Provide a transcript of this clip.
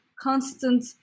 constant